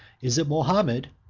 is it mahomet,